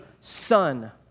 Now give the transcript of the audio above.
son